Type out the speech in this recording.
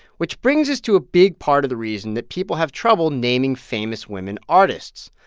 which brings us to a big part of the reason that people have trouble naming famous women artists.